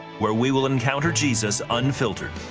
where we will encounter jesus unfiltered.